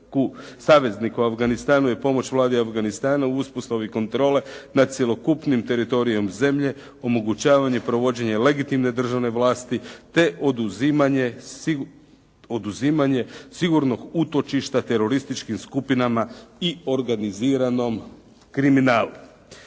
saveznika u Afganistanu je pomoć Vladi Afganistana u uspostavi kontrole nad cjelokupnim teritorijem zemlje, omogućavanje provođenja legitimne državne vlasti, te oduzimanje sigurnog utočišta terorističkim skupinama i organiziranom kriminalu.